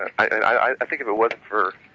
i think if it wasn't for,